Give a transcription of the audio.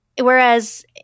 Whereas